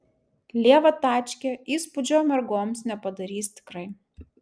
lieva tačkė įspūdžio mergoms nepadarys tikrai